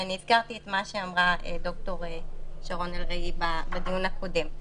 ואני הזכרתי את מה שאמרה ד"ר שרון אלרעי בדיון הקודם.